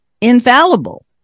infallible